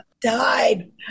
died